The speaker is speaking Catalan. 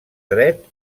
dret